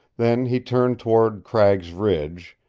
then he turned toward cragg's ridge,